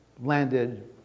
landed